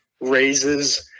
raises